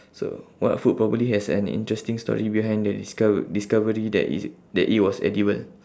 so what food probably has an interesting story behind the discov~ discovery that it that it was edible